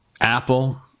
Apple